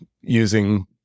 using